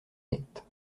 nette